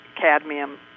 cadmium